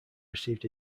received